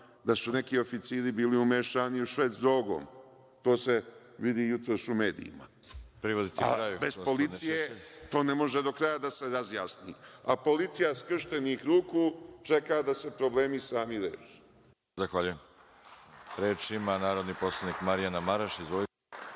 da su neki oficiri bili umešani u šverc drogom. To se vidi jutros u medijima, a bez policije to ne može do kraja da se razjasni, a policija skrštenih ruku čeka da se problemi sami reše.